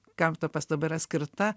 kam to pastaba yra skirta